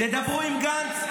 תדברו עם גנץ,